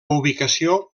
ubicació